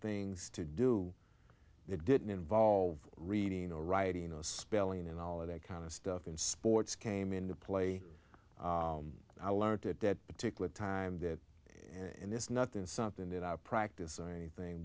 things to do that didn't involve reading or writing or spelling and all of that kind of stuff in sports came into play i learnt at that particular time that and it's nothing something that i practice or anything